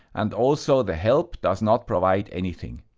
and also the help does not provide anything.